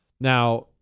Now